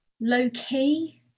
low-key